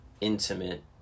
intimate